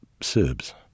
Serbs